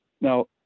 Now